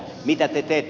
mitä te teette